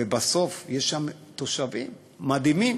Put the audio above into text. ובסוף, יש שם תושבים מדהימים.